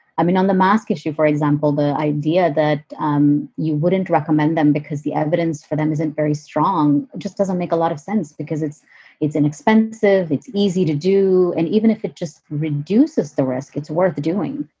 i mean, on the mosque issue, for example, the idea that um you wouldn't recommend them because the evidence for them isn't very strong, just doesn't make a lot of sense because it's it's inexpensive. it's easy to do. and even if it just reduces the risk, it's worth doing